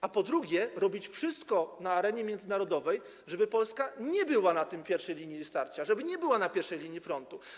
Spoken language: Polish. A po drugie, trzeba robić wszystko na arenie międzynarodowej, żeby Polska nie była na pierwszej linii w starciu, żeby nie była na pierwszej linii frontu.